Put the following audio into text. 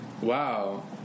Wow